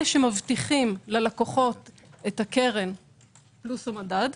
אלה שמבטיחים ללקוחות את הקרן פלוס המדד,